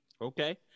Okay